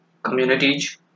communities